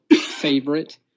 favorite